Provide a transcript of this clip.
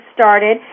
started